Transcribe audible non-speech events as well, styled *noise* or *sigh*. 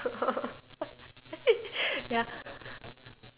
*laughs* ya